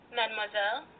mademoiselle